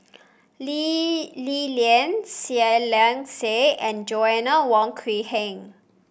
Lee Li Lian Saiedah Said and Joanna Wong Quee Heng